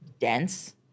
dense